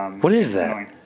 um what is that?